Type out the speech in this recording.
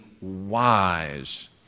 wise